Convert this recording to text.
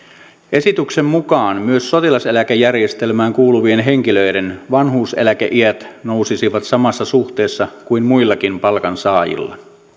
esityksen mukaan myös sotilaseläkejärjestelmään kuuluvien henkilöiden vanhuuseläkeiät nousisivat samassa suhteessa kuin muillakin palkansaajilla